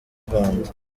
rwanda